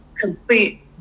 complete